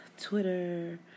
Twitter